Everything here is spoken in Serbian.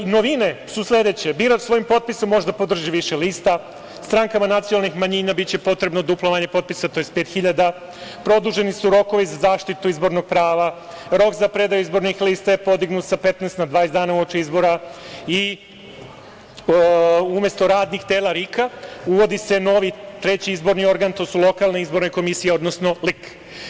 Novine su sledeće – birač svojim potpisom može da podrži više lista, strankama nacionalnih manjina biće potrebno duplo manje potpisa, tj. 5 hiljada, produženi su rokovi za zaštitu izbornog prava, rok za predaju izbornih lista je podignut sa 15 na 20 dana uoči izbora i umesto radnih tela RIK, uvodi se novi treći izborni organ, to su lokalne izborne komisije, odnosno LIK.